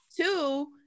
two